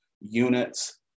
units